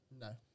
No